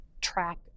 track